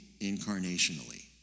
incarnationally